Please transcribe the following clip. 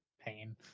Pain